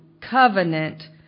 covenant